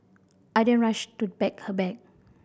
I then rushed to pack her bag